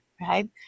right